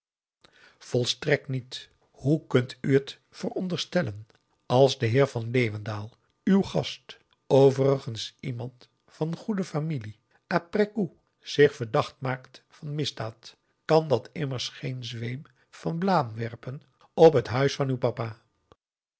volstrekt niet hoe kunt u het vooronderstellen als de heer van leeuwendaal uw gast overigens iemand van goede familie a p r è s c o u p zich verdacht maakt van misdaad kan dat immers geen zweem van blaam werpen op het huis van uw papa